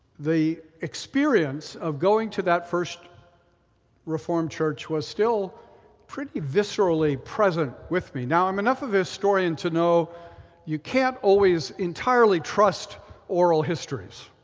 the experience of going to that first reformed church was still pretty viscerally present with me. now, i'm enough of a historian to know you can't always entirely trust oral histories.